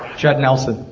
judd nelson.